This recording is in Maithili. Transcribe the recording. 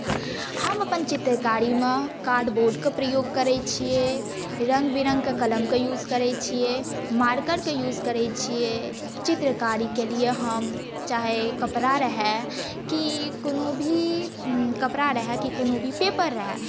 हम अपन चित्रकारीमे कार्डबोर्डके प्रयोग करै छियै रङ्ग विरङ्गके कलमके युज करै छियै मार्करके युज करै छियै चित्रकारीके लिए हम चाहे कपड़ा रहै कि कोनो भी कपड़ा रहै कि कोनो भी पेपर रहै